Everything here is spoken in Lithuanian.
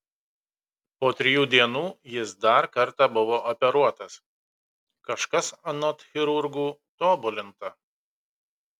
po trijų dienų jis dar kartą buvo operuotas kažkas anot chirurgų tobulinta